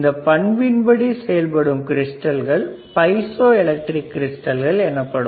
இந்தப் பண்பின் படி செயல்படும் கிறிஸ்டல்கள் பைசோ எலக்ட்ரிக் கிரிஸ்டல்கள் எனப்படும்